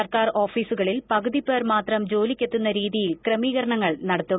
സർക്കാർ ഓഫീസുകളിൽ പകുതി പേർ മാത്രം ജോലിക്കെത്തുന്ന രീതിയിൽ ക്രമീകരണങ്ങൾ നടത്തും